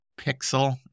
pixel